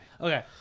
Okay